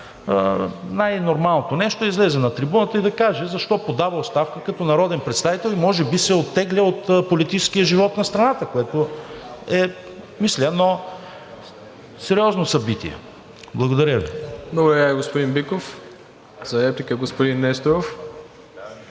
най-нормалното нещо е да излезе на трибуната и да каже защо подава оставка като народен представител. Може би се оттегля от политическия живот на страната, което е, мисля, едно сериозно събитие. Благодаря Ви.